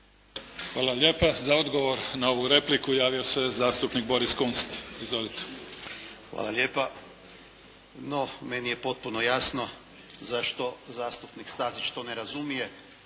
Hvala lijepa. Za odgovor na ovu repliku javio se zastupnik Boris Kunst. Izvolite. **Kunst, Boris (HDZ)** Hvala lijepa. No, meni je potpuno jasno zašto zastupnik Stazić to ne razumije,